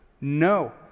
No